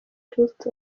christ